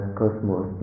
cosmos